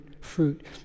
fruit